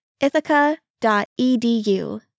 ithaca.edu